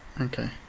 okay